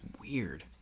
weird